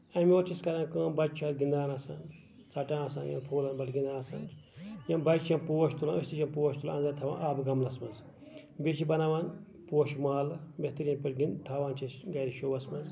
اَمہِ اور چھِ أسۍ کران کٲم بَچہٕ چھُ اَسہِ گِندان آسان ژَٹان آسان یا فونن پٮ۪ٹھ گِندان آسان یِم بَچہٕ چھِ پوش تُلان أسۍ چھِ یِم پوش تُلان أسۍ چھِ یِم پوش تُلان تھاوان آبہٕ غملَس منٛز بیٚیہِ چھِ بَناوان پوشہِ مال تھاوان چھِ أسۍ گرِ شوَس منٛز